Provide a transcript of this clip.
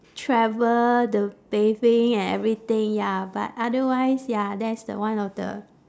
travel the bathing and everything ya but otherwise ya that's the one of the